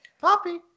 Poppy